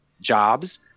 jobs